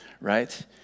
right